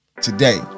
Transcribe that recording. today